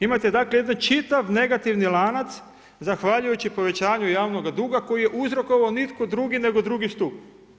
Imate jedan čitav negativni lanac zahvaljujući povećanju javnoga duga koji je uzrokovao nitko drugo nego drugi stup.